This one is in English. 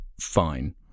Fine